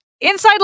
inside